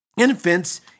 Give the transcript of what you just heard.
infants